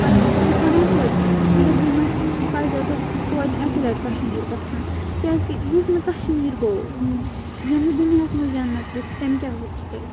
پَزِ تِم چھِ وَنان توتہِ زِندگی منٛز پَزیو تُہۍ توتہِ اَکہِ لَٹہِ کَشمیٖر گژھُن کیٛازِکہِ یُس نہٕ کَشمیٖر گوٚو ییٚمۍ نہٕ دُنیاہَس منٛز جنت وٕچھ تمہِ کیٛاہ وُچھ تیٚلہِ